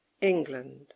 England